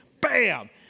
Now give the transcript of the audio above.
Bam